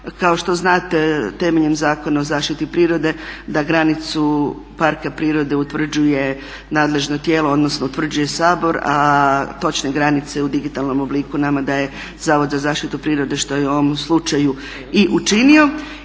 Kao što znate temeljem Zakona o zaštiti prirode da granicu parka prirode utvrđuje nadležno tijelo odnosno utvrđuje Sabor, a točne granice u digitalnom obliku nama daje zavod za zaštitu prirode što je u ovom slučaju i učinio.